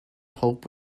hope